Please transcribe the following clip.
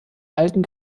alten